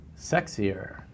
sexier